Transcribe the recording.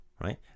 right